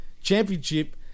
championship